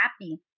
happy